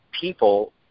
people